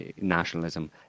nationalism